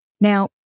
Now